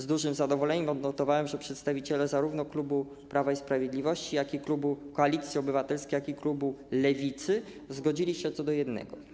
Z dużym zadowoleniem odnotowałem, że przedstawiciele zarówno klubu Prawa i Sprawiedliwości, jak i klubu Koalicji Obywatelskiej, jak i klubu Lewicy zgodzili się co do jednego.